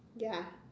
ya